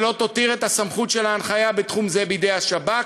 ולא תותיר את סמכות ההנחיה בתחום זה בידי השב"כ,